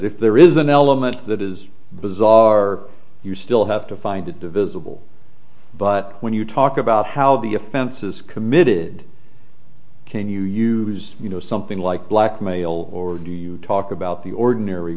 if there is an element that is bizarre you still have to find it divisible but when you talk about how the offense is committed can you use you know something like blackmail or do you talk about the ordinary